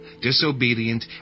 disobedient